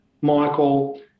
Michael